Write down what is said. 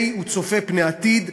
הוא צופה פני עתיד,